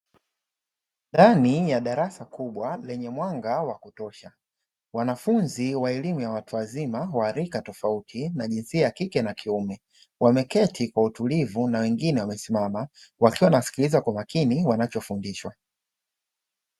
Ndani ya darasa kubwa lenye mwanga wa kutosha wanafunzi wa elimu ya watu wazima wa rika tofauti, na jinsia ya kike na kiume wameketi kwa utulivu na wengine wamesimama wakiwa wanasikiliza kwa makini wanachofundishwa.